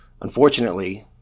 Unfortunately